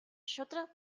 шударга